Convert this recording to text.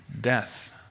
death